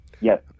Yes